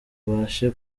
abashe